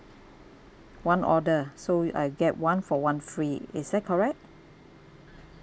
one order so I get one for one free is that correct